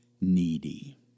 needy